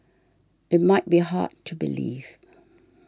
it might be hard to believe